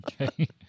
Okay